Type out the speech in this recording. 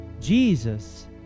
Jesus